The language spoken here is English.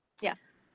Yes